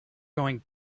going